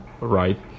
right